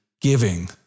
giving